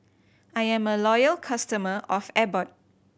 I am a loyal customer of Abbott